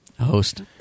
host